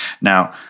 Now